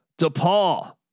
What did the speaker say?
DePaul